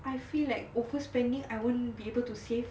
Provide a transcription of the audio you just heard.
I feel like overspending I won't be able to save